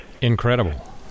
Incredible